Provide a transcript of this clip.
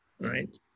right